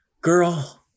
girl